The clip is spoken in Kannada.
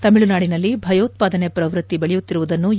ತಮಿಳುನಾಡಿನಲ್ಲಿ ಭಯೋತ್ವಾದನೆ ಪ್ರವೃತ್ತಿ ಬೆಳೆಯುತ್ತಿರುವುದನ್ನು ಎ